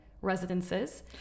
residences